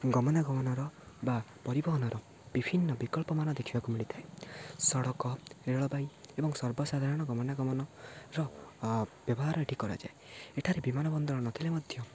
ଗମନାଗମନର ବା ପରିବହନର ବିଭିନ୍ନ ବିକଳ୍ପମାନ ଦେଖିବାକୁ ମିଳିଥାଏ ସଡ଼କ ରେଳବାଇ ଏବଂ ସର୍ବସାଧାରଣ ଗମନାଗମନର ବ୍ୟବହାର ଏଠି କରାଯାଏ ଏଠାରେ ବିମାନ ବନ୍ଦର ନଥିଲେ ମଧ୍ୟ